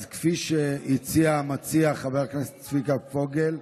אז כפי שהציע המציע חבר הכנסת צביקה פוגל,